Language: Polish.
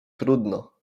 trudno